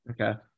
Okay